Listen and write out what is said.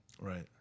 Right